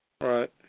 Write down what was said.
Right